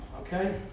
okay